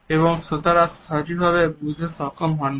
এবং শ্রোতারা সঠিক ভাবে বুঝতে সক্ষম হন না